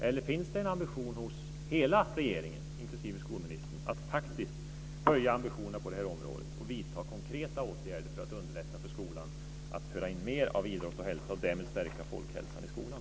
Eller finns det en ambition hos hela regeringen, inklusive skolministern, att höja ambitionerna på det här området och vidta konkreta åtgärder för att underlätta för skolan att föra in mer av idrott och hälsa och därmed stärka folkhälsan i skolan?